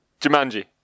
jumanji